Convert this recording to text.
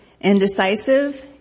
indecisive